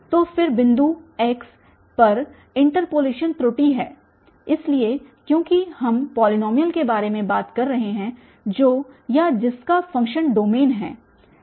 तो फिर बिंदु x पर इन्टर्पोलेशन त्रुटि है इसलिए क्योंकि हम पॉलीनॉमियल के बारे में बात कर रहे हैं जो या जिसका फ़ंक्शन डोमेन है